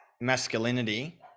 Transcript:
masculinity